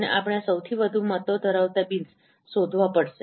અને આપણે સૌથી વધુ મતો ધરાવતા બીન્સ શોધવા પડશે